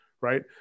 right